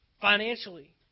financially